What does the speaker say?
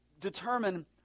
determine